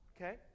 Okay